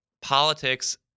politics